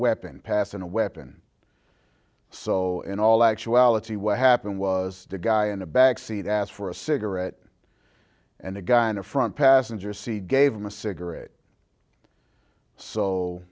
weapon passed in a weapon so in all actuality what happened was the guy in the back seat asked for a cigarette and a guy in a front passenger seat gave him a cigarette so